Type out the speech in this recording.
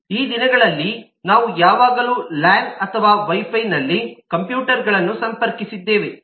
ಈ ದಿನಗಳಲ್ಲಿ ನಾವು ಯಾವಾಗಲೂ LANಲ್ಯಾನ್ ಅಥವಾ Wi Fiವೈಫೈ ನಲ್ಲಿ ಕಂಪ್ಯೂಟರ್ಗಳನ್ನು ಸಂಪರ್ಕಿಸಿದ್ದೇವೆ